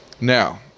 Now